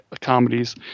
comedies